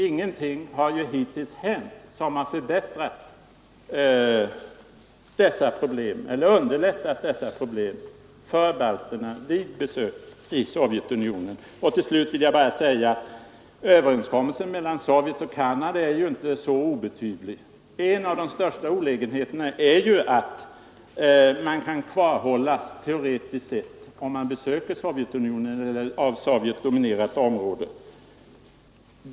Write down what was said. Ingenting har ju hittills hänt som underlättat lösningen av de problem balterna känner sig ha vid besök i Sovjetunionen. Till slut vill jag bara säga: Överenskommelsen mellan Sovjet och Canada är inte så obetydlig. En av de största olägenheterna var att man kunde kvarhållas, teoretiskt sett, om man besökte Sovjetunionen eller av Sovjet dominerat område.